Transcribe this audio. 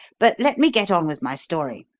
but let me get on with my story.